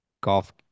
golf